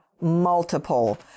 multiple